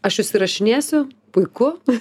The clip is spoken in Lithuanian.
aš jus įrašinėsiu puiku